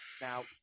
Now